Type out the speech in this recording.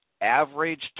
average